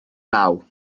naw